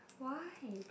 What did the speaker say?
why